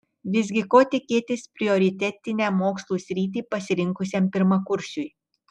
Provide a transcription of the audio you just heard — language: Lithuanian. visgi ko tikėtis prioritetinę mokslų sritį pasirinkusiam pirmakursiui